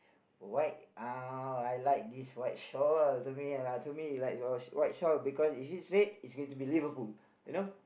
white uh I like this white shorts to me lah to me like white white shorts because if it's red it's going to be Liverpool you know